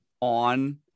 on